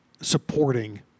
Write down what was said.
supporting